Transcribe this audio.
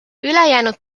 ülejäänud